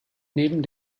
neben